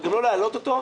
אבל גם לא להעלות אותו,